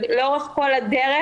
לאורך כל הדרך,